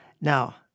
Now